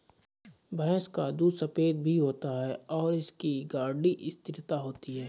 भैंस का दूध सफेद भी होता है और इसकी गाढ़ी स्थिरता होती है